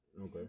Okay